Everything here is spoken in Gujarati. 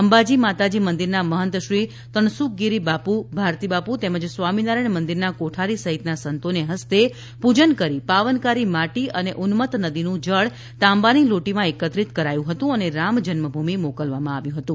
અંબાજી માતાજી મંદિરના મહંતશ્રી તનસુખગીરી બાપુ ભારતી બાપુ તેમજ સ્વામીનારાયણ મંદિરના કોઠારી સહિતના સંતોને હસ્તે પૂજન કરી પાવનકારી માટી અને ઉન્મત નદીનું જળ તાંબાની લોટીમાં એકત્રિત કરાયું હતું અને રામ જન્મભૂમિ મોકલવામાં આવ્યું હતું